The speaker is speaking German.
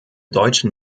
deutschen